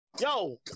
Yo